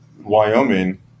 Wyoming